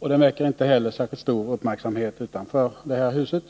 Den väcker inte heller särskilt stor uppmärksamhet utanför det här huset.